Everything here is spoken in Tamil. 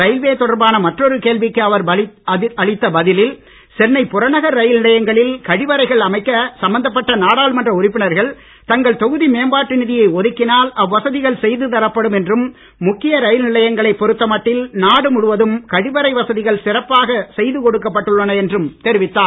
ரயில்வே தொடர்பான மற்றொரு கேள்விக்கு அவர் அளித்த பதிலில் சென்னை புறநகர் ரயில் நிலையங்களில் கழிவறைகள் அமைக்க சம்பந்தப்பட்ட நாடாளுமன்ற உறுப்பினர்கள் தங்கள் தொகுதி மேம்பாட்டு நிதியை ஒதுக்கினால் அவ்வசதிகள் செய்து தரப்படும் என்றும் முக்கிய ரயில் நிலையங்களை பொருத்தமட்டில் நாடு முழுவதும் கழிவறை வசதிகள் சிறப்பாக செய்து கொடுக்கப்பட்டுள்ளன என்றும் தெரிவித்தார்